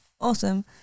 Awesome